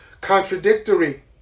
contradictory